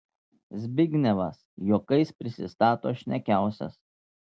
zbignevas juokais prisistato šnekiausias